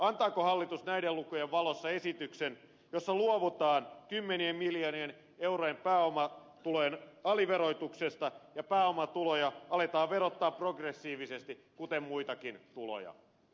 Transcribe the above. antaako hallitus näiden lukujen valossa esityksen jossa luovutaan kymmenien miljoonien eurojen pääomatulojen aliverotuksesta ja pääomatuloja aletaan verottaa progressiivisesti kuten muitakin tuloja